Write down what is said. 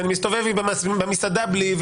ואני מסתובב במסעדה בלי,